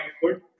good